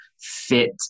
fit